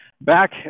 back